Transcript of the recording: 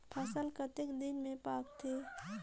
फसल कतेक दिन मे पाकथे?